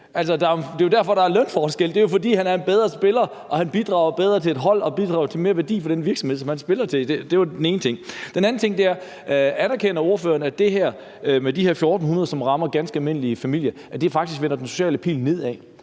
det er jo derfor, der er lønforskelle, altså fordi han er en bedre spiller og bidrager bedre til et hold og bidrager med mere værdi for den virksomhed, som han spiller for. Det var den ene ting. Den anden ting er: Anerkender ordføreren, at det her med de 1.400 kr., som rammer ganske almindelige familier, faktisk vender den sociale pil nedad,